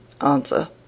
Answer